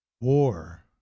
war